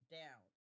down